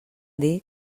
dir